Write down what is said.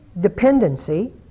dependency